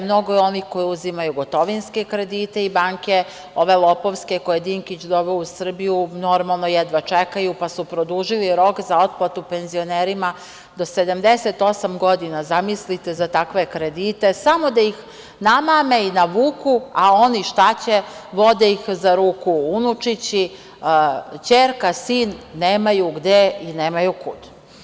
Mnogo je onih koji uzimaju gotovinske kredite i banke ove lopovske, koje je Dinkić doveo u Srbiju, normalno, jedva čekaju pa su produžili rok za otplatu penzionerima do 78 godina, zamislite, za takve kredite, samo da ih namame i navuku, a oni, šta će, vode ih za ruku unučići, ćerka, sin, nemaju gde i nemaju kud.